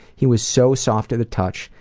he was so soft to the touch,